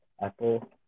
Apple